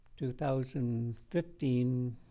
2015